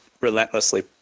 Relentlessly